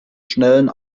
schnellen